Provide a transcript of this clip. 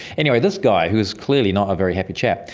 anyway, this guy, who was clearly not a very happy chap,